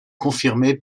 confirmé